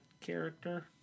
character